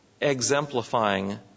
exemplifying